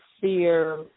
fear